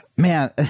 Man